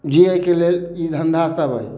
जियैके लेल ई धंधा सब अइ